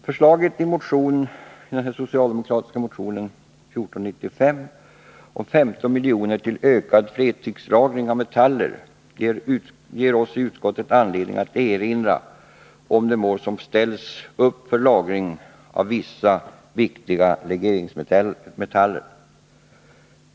Förslaget i den socialdemokratiska motionen 1495 om 15 milj.kr. till en ökad fredskrislagring av metaller ger oss i utskottet anledning att erinra om de mål som har ställts upp för lagring av vissa viktiga legeringsmetaller.